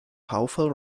powerful